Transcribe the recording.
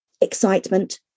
Excitement